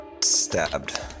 stabbed